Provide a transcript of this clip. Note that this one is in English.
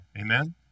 Amen